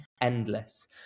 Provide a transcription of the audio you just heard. endless